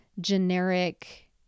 generic